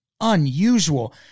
unusual